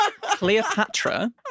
Cleopatra